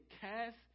cast